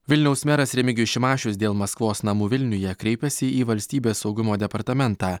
vilniaus meras remigijus šimašius dėl maskvos namų vilniuje kreipėsi į valstybės saugumo departamentą